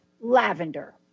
lavender